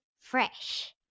Fresh